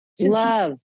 Love